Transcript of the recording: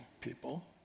people